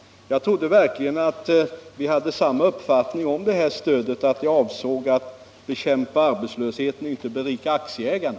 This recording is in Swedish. Jag trodde verkligen att vi hade samma uppfattning om detta stöd — att det var avsett att bekämpa arbetslösheten och inte att berika aktieägarna.